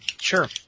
Sure